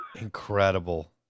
Incredible